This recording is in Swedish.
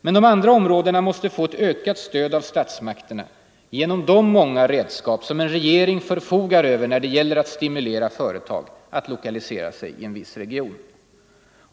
Men de andra områdena måste få ett ökat stöd av statsmakterna genom de många redskap som en regering förfogar över när det gäller att stimulera företag att lokalisera sig i en viss region.